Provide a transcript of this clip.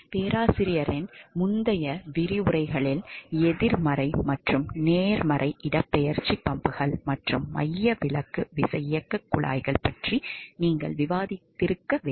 பேராசிரியரின் முந்தைய விரிவுரைகளில் எதிர்மறை மற்றும் நேர்மறை இடப்பெயர்ச்சி பம்புகள் மற்றும் மையவிலக்கு விசையியக்கக் குழாய்கள் பற்றி நீங்கள் விவாதித்திருக்க வேண்டும்